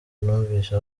numvise